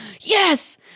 yes